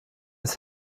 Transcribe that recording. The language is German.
ist